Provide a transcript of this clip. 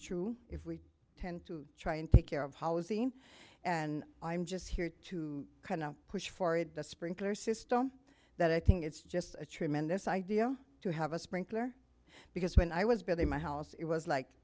true if we tend to try and take care of housing and i'm just here to kind of push forward the sprinkler system that i think it's just a tremendous idea to have a sprinkler because when i was building my house it was